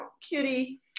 Kitty